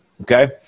okay